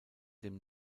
dem